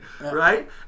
Right